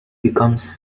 becomes